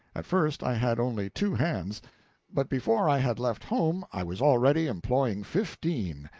at first i had only two hands but before i had left home i was already employing fifteen,